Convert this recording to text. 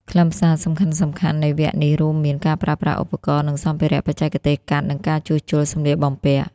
ខ្លឹមសារសំខាន់ៗនៃវគ្គនេះរួមមាន ការប្រើប្រាស់ឧបករណ៍ និងសម្ភារៈ បច្ចេកទេសកាត់ និងការជួសជុលសំលៀកបំពាក់។